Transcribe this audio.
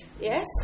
Yes